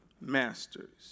masters